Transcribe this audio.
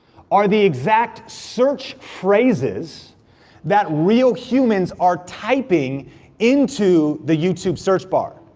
are the exact search phrases that real humans are typing into the youtube search bar.